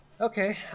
Okay